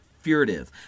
furtive